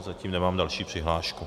Zatím nemám další přihlášku.